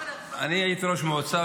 אני הייתי ראש מועצה,